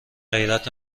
غیرت